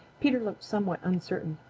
peter looked somewhat uncertain.